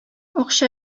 акча